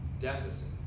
Deficit